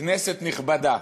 כנסת נכבדה,